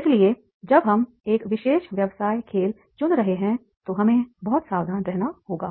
इसलिए जब हम एक विशेष व्यवसाय खेल चुन रहे हैं तो हमें बहुत सावधान रहना होगा